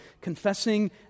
confessing